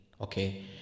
okay